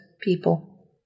people